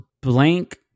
blank